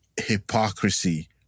hypocrisy